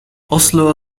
oslo